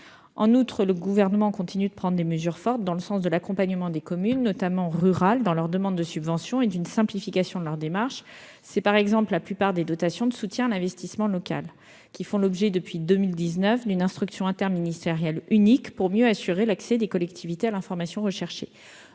En outre, le Gouvernement continue de prendre des mesures fortes pour l'accompagnement des communes, notamment rurales, dans leurs demandes de subventions et la simplification de leurs démarches. La plupart des dotations de soutien à l'investissement local font ainsi l'objet, depuis 2019, d'une instruction interministérielle unique, afin de mieux assurer l'accès des collectivités territoriales à l'information recherchée.